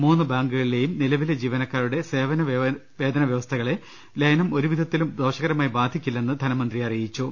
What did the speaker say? മൂന്നു ബാങ്കുകളിലെയും നിലവിലെ ജീവനക്കാരുടെ സേവന വ്യവസ്ഥകളെ ലയനം ഒരുവിധത്തിലും ദോഷകരമായി ബാധിക്കി ല്ലെന്ന് ധനമന്ത്രി അറിയിച്ചു